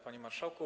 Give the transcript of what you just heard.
Panie Marszałku!